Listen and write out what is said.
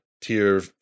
tier